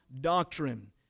doctrine